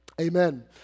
amen